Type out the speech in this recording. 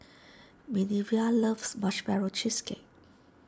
Minervia loves Marshmallow Cheesecake